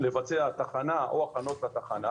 לבצע תחנה או הכנות לתחנה?